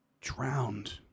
drowned